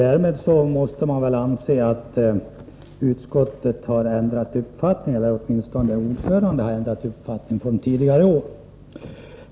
Därmed måste väl utskottet — eller åtminstone utskottets ordförande — anses ha ändrat uppfattning från tidigare år.